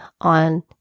on